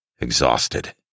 exhausted